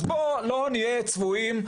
בואו לא נהיה צבועים.